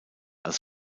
als